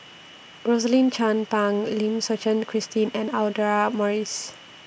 Rosaline Chan Pang Lim Suchen Christine and Audra Morrice